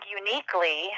uniquely